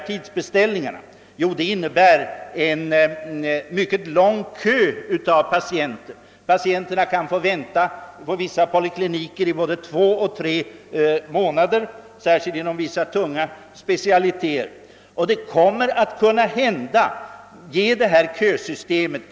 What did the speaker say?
Tidsbeställningen för med sig en lång kö av patienter, som vid vissa polikliniker, särskilt inom tunga specialiteter, kan få vänta i både två och tre månader.